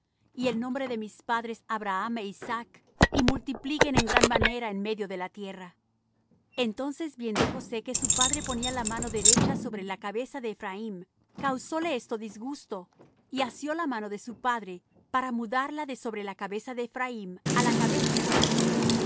y el nombre de mis padres abraham é isaac y multipliquen en gran manera en medio de la tierra entonces viendo josé que su padre ponía la mano derecha sobre la cabeza de eprhaim causóle esto disgusto y asió la mano de su padre para mudarla de sobre la cabeza de ephraim á la cabeza de manasés y